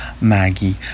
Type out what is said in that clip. maggie